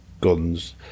guns